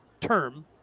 term